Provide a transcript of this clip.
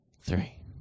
three